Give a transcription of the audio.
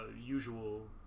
usual